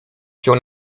się